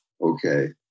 Okay